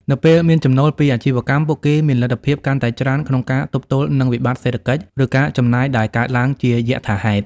នៅពេលមានចំណូលពីអាជីវកម្ម ពួកគេមានលទ្ធភាពកាន់តែច្រើនក្នុងការទប់ទល់នឹងវិបត្តិសេដ្ឋកិច្ច ឬការចំណាយដែលកើតឡើងជាយថាហេតុ។